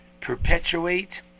perpetuate